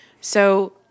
So-